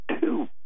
two